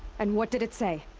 and what did it say?